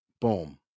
boom